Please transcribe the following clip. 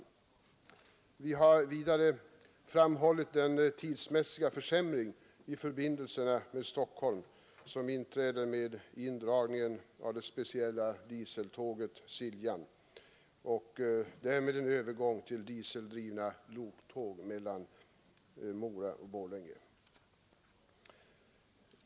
Vidare har vi framhållit den dieseldrivna loktåg mellan Mora och Borlänge.